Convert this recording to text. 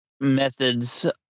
methods